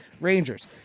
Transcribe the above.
Rangers